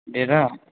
देटआ